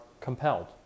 compelled